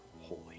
holy